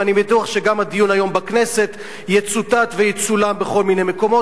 ואני בטוח שגם הדיון היום בכנסת יצוטט ויצולם בכל מיני מקומות,